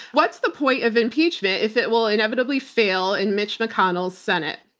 what's the point of impeachment if it will inevitably fail in mitch mcconnell's senate?